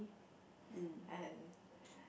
and